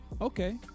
Okay